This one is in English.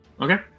Okay